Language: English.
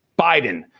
Biden